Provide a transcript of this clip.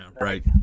right